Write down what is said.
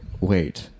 Wait